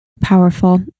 Powerful